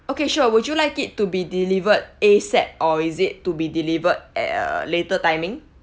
okay sure would you like it to be delivered A_S_A_P or is it to be delivered at uh later timing